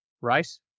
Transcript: Rice